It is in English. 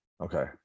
Okay